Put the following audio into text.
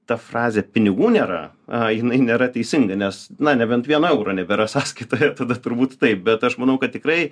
ta frazė pinigų nėra a jinai nėra teisinga nes na nebent vieno euro nebėra sąskaitoje tada turbūt taip bet aš manau kad tikrai